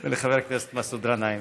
לחבר הכנסת מסעוד גנאים.